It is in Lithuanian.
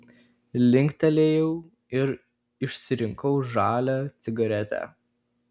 linktelėjau ir išsirinkau žalią cigaretę